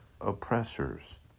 oppressors